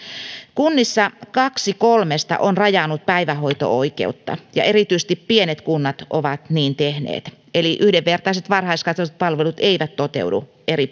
kunnista kaksi kolmesta on rajannut päivähoito oikeutta ja erityisesti pienet kunnat ovat niin tehneet eli yhdenvertaiset varhaiskasvatuspalvelut eivät toteudu eri